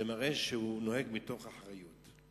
זה מראה שהוא נוהג מתוך אחריות.